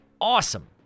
awesome